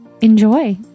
enjoy